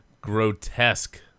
Grotesque